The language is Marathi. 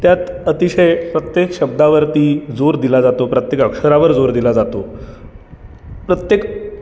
त्यात अतिशय प्रत्येक शब्दावरती जोर दिला जातो प्रत्येक अक्षरावर जोर दिला जातो प्रत्येक